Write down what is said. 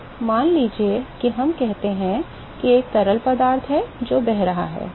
तो मान लीजिए कि हम कहते हैं कि एक तरल पदार्थ है जो बह रहा है